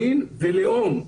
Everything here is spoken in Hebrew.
מין ולאום.